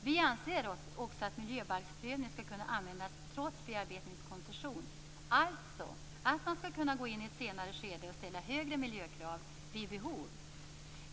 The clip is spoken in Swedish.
Vi anser också att miljöbalksprövning skall användas trots bearbetningskoncession, dvs. att man skall kunna gå in i ett senare skede och ställa högre miljökrav vid behov.